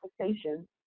conversation